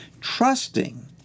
trusting